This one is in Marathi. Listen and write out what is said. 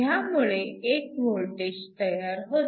ह्यामुळे एक वोल्टेज V तयार होते